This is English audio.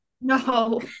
No